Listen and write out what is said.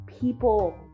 People